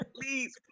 please